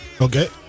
Okay